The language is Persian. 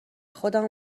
خودمو